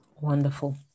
Wonderful